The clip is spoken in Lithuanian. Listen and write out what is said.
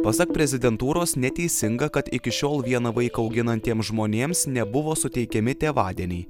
pasak prezidentūros neteisinga kad iki šiol vieną vaiką auginantiem žmonėms nebuvo suteikiami tėvadieniai